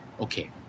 Okay